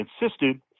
insisted